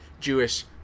Jewish